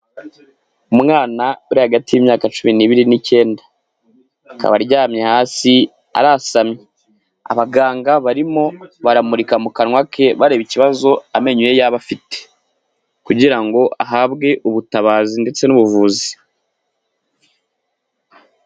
Umwana uri hagati y'imyaka cumi n'ibiri n'icyenda akaba aryamye hasi arasamye, abaganga barimo baramurika mu kanwa ke bareba ikibazo amenyo ye yaba afite kugira ngo ahabwe ubutabazi ndetse n'ubuvuzi.